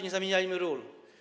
Nie zamieniajmy ról.